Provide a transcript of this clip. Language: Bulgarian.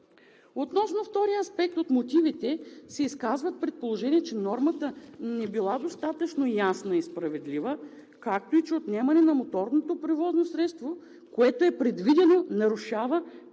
Относно втория аспект от мотивите се изказват предположения, че нормата не била достатъчно ясна и справедлива… Отнемане на моторното превозно средство, което е предвидено, нарушава правото